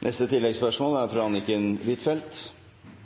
Anniken Huitfeldt – til